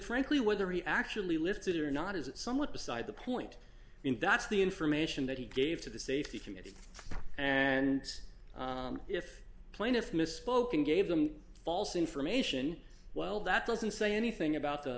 frankly whether he actually lifted or not is somewhat beside the point in that's the information that he gave to the safety committee and if plaintiff misspoken gave them false information well that doesn't say anything about the